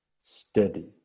steady